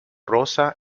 rosa